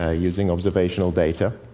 ah using observational data.